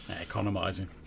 Economizing